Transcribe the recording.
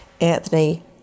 Anthony